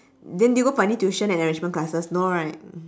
then did you go for any tuition and enrichment classes no right